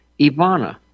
Ivana